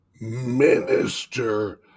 minister